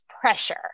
pressure